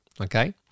Okay